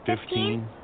Fifteen